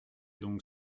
donc